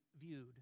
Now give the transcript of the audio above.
viewed